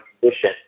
condition